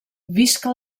visca